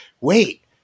wait